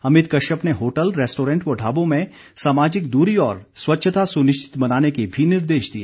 अमित कश्यप ने hotel restaurant व ढाबों में सामाजिक दूरी और स्वच्छता सुनिश्चित बनाने के भी निर्देश दिए